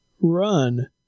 run